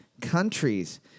countries